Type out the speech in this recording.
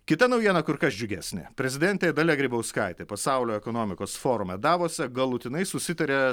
kita naujiena kur kas džiugesnė prezidentė dalia grybauskaitė pasaulio ekonomikos forume davose galutinai susitarė